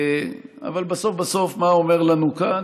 אבל בסוף בסוף, מה הוא אומר לנו כאן?